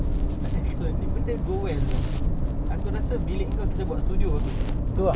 takde kalau ini benda go well !duh! aku rasa bilik engkau kita buat studio aku rasa